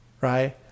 right